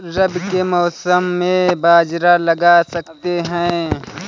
रवि के मौसम में बाजरा लगा सकते हैं?